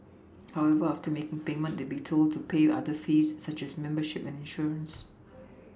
however after making payment they be told to pay other fees such as membership and insurance